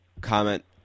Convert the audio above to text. comment